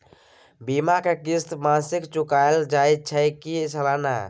बीमा के किस्त मासिक चुकायल जाए छै की सालाना?